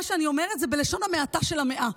שאני אומרת זה בלשון המעטה של המאה.